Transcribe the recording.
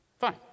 Fine